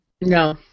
No